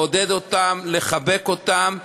לעודד אותם, לחבק אותם,